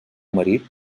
marit